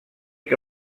que